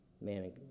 man